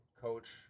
coach